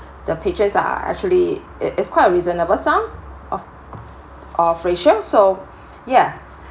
the patrons are actually it is quite a reasonable sum of of ratio so yeah